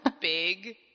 big